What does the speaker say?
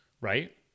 right